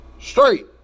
straight